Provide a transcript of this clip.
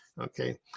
Okay